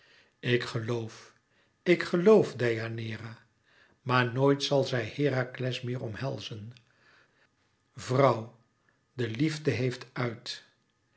ik geloof ik geloof deianeira maar nooit zal zij herakles meèr omhelzen vrouw de liefde heeft uit